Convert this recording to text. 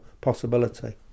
possibility